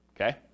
okay